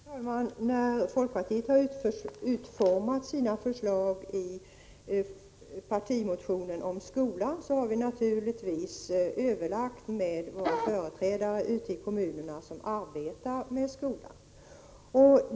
Herr talman! När folkpartiet utformade sina förslag i partimotionen om skolan, hade vi naturligtvis överlagt med våra företrädare ute i kommunerna som arbetar med skolan.